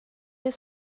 oedd